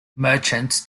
merchants